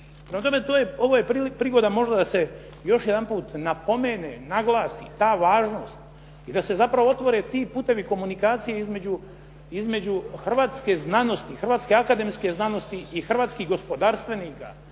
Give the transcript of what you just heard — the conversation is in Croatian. ovo je prigoda možda da se još jedanput napomene, naglasi ta važnost i da se zapravo otvore ti putevi komunikacije između hrvatske znanosti, hrvatske akademske znanosti i hrvatskih gospodarstvenika.